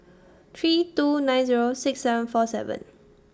three two nine Zero six seven four seven